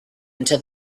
into